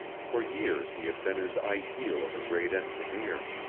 for years he had been his ideal of a great engineer.